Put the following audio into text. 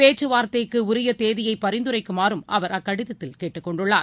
பேச்சுவார்த்தைக்குஉரியதேதியைபரிந்துரைக்குமாறும் அவர் அக்கடிதத்தில் கேட்டுக் கொண்டுள்ளார்